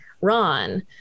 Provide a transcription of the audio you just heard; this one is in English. Ron